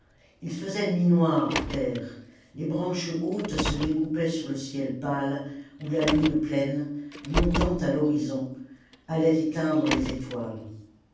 il faisait nuit noire à terre les branches hautes se découpaient sur le ciel pâle où la lune pleine montant à l'horizon allait éteindre les étoiles